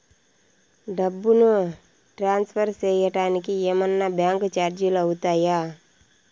డబ్బును ట్రాన్స్ఫర్ సేయడానికి ఏమన్నా బ్యాంకు చార్జీలు అవుతాయా?